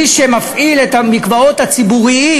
מי שמפעיל את המקוואות הציבוריים,